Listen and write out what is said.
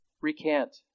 recant